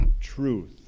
truth